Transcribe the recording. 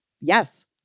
yes